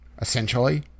essentially